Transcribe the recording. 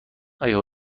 آیا